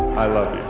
i love